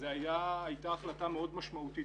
מבחינתו זו הייתה החלטה מאוד משמעותית,